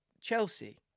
Chelsea